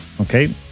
okay